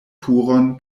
turon